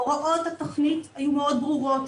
הוראות התכנית היו מאוד ברורות,